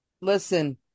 Listen